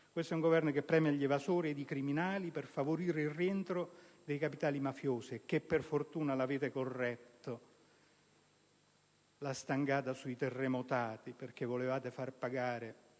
Questo è un Governo che premia gli evasori e i criminali per favorire il rientro dei capitali mafiosi. Per fortuna avete corretto la stangata sui terremotati, perché volevate far pagare